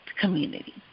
community